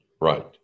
Right